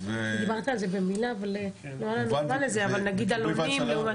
נגיד אלונים.